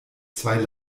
zwei